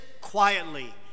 quietly